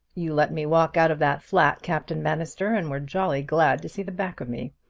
you let me walk out of that flat, captain bannister, and were jolly glad to see the back of me.